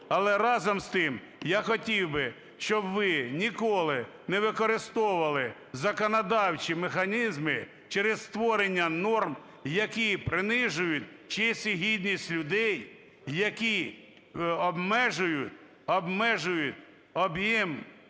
Але разом з тим я хотів би, щоб ви ніколи не використовували законодавчі механізми через створення норм, які принижують честь і гідність людей, які обмежують,